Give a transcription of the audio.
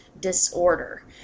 disorder